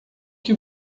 que